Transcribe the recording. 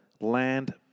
land